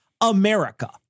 America